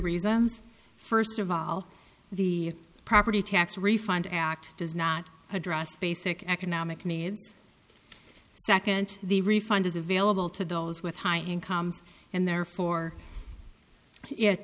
reasons first of all the property tax refund act does not address basic economic needs a second the refund is available to those with high incomes and therefore